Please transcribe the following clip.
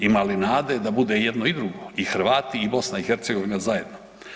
Ima li nade da bude jedno i drugo i Hrvati i BiH zajedno?